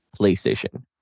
PlayStation